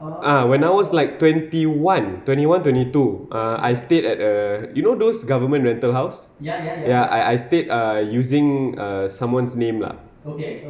ah when I was like twenty one twenty one twenty two err I stayed at uh you know those government rental house ya I I stayed uh using uh someone's name lah